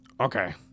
Okay